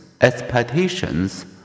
expectations